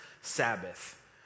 Sabbath